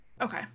okay